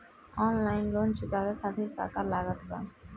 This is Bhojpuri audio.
ऑनलाइन लोन चुकावे खातिर का का लागत बा?